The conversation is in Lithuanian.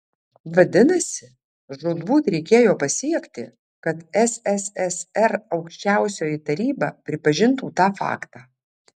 vadinasi žūtbūt reikėjo pasiekti kad sssr aukščiausioji taryba pripažintų tą faktą